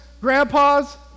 grandpas